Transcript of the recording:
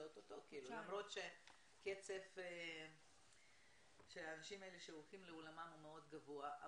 למרות שהקצב שהאנשים האלה הולכים לעולמם הוא מאוד גבוה,